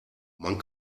man